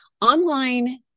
Online